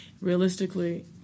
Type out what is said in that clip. realistically